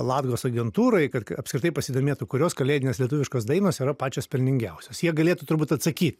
latgos agentūrai kad apskritai pasidomėtų kurios kalėdinės lietuviškos dainos yra pačios pelningiausios jie galėtų turbūt atsakyt